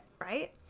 right